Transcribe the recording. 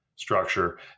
structure